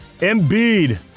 Embiid